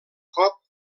cop